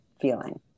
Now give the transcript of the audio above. feeling